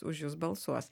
už jus balsuos